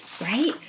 right